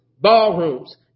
ballrooms